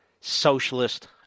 socialist